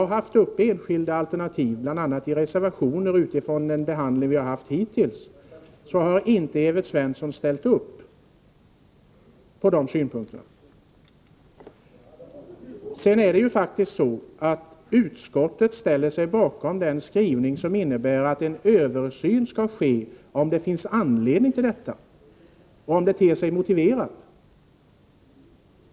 När jag tagit upp enskilda alternativ, bl.a. i reservationer utifrån den behandling vi haft hittills, har Evert Svensson inte ställt upp på dessa synpunkter. Men utskottet ställer sig faktiskt bakom den skrivning som innebär att en översyn skall ske, om det finns anledning till detta och om det ter sig motiverat.